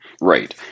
Right